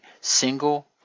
single